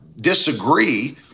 disagree